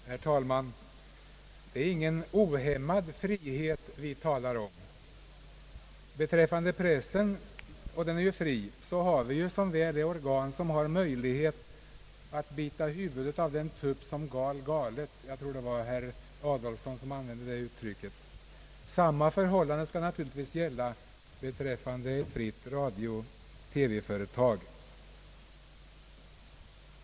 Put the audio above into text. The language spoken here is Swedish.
Herr talman! Det är ingen ohämmad frihet vi talar om, När det gäller pressen, som är fri, har vi, som väl är, organ som har möjlighet att »bita huvudet av den tupp som gal galet». Jag tror det var herr Adolfsson som använde det uttrycket. Samma förhållande kan naturligtvis gälla beträffande ett fritt radiooch TV-företag.